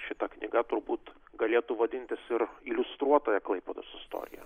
šita knyga turbūt galėtų vadintis ir iliustruotaja klaipėdos istorija